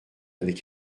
avec